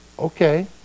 Okay